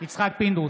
יצחק פינדרוס,